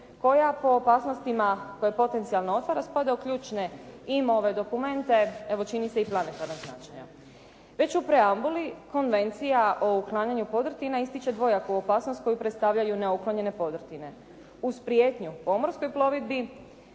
koja po opasnostima koje potencijalno otvara spada u ključne IMO-ove dokumente, evo čini se i planetarnog značaja. Već u preambuli, Konvencija o uklanjanju podrtina ističe dvojaku opasnost koju predstavljaju neuklonjene podrtine. Uz prijetnju pomorskoj plovidbi